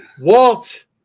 Walt